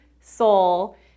soul